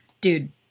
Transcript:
dude